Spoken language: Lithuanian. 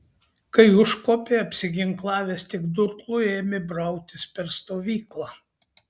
kai užkopė apsiginklavęs tik durklu ėmė brautis per stovyklą